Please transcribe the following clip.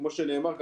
כמו שנאמר,